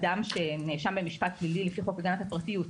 אדם שנאשם במשפט פלילי לפי חוק הגנת הפרטיות,